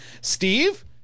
steve